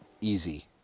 easy